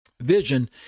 vision